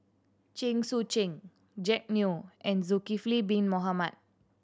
Chen Sucheng Jack Neo and Zulkifli Bin Mohamed